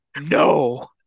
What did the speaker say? no